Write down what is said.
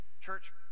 church